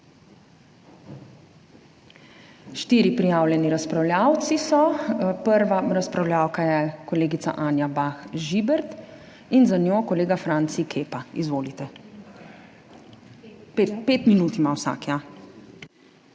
Štirje prijavljeni razpravljavci so. Prva razpravljavka je kolegica Anja Bah Žibert in za njo kolega Franci Kepa. Izvolite. Pet minut ima vsak.